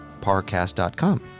parcast.com